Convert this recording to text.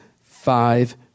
five